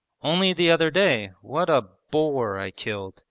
only the other day, what a boar i killed,